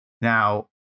Now